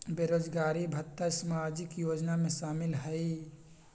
बेरोजगारी भत्ता सामाजिक योजना में शामिल ह ई?